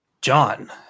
John